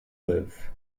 live